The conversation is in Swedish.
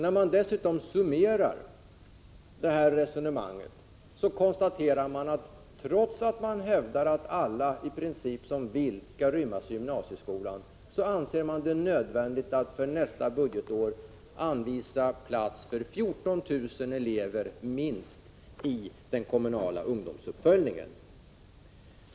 När jag summerar detta resonemang konstaterar jag att man, trots att man hävdat att alla som vill i princip skall rymmas i gymnasieskolan, anser det nödvändigt att för nästa budgetår anvisa plats för minst 14 000 elever i den kommunala ungdomsuppföljningen.